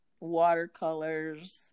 Watercolors